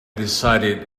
decided